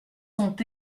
sont